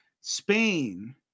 Spain